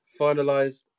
finalized